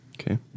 Okay